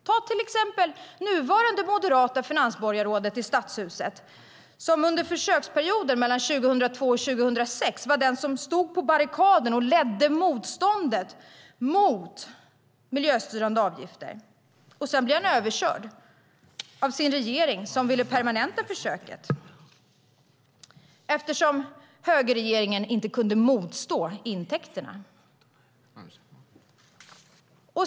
Ta till exempel det nuvarande moderata finansborgarrådet i Stadshuset som under försöksperioden 2002-2006 var den som stod på barrikaden och ledde motståndet mot miljöstyrande avgifter. Sedan blev han överkörd av sin regering som ville permanenta försöket, eftersom högerregeringen inte kunde motstå intäkterna.